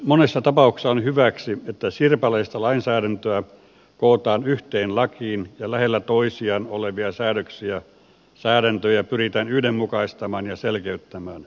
monessa tapauksessa on hyväksi että sirpaleista lainsäädäntöä kootaan yhteen lakiin ja lähellä toisiaan olevia säädäntöjä pyritään yhdenmukaistamaan ja selkeyttämään